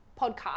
podcast